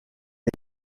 est